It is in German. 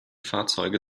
fahrzeuge